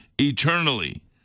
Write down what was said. eternally